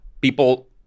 people